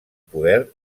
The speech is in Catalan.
poder